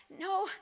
no